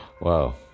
Wow